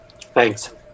Thanks